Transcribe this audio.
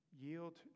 yield